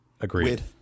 agreed